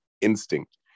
instinct